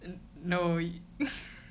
and no